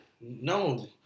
No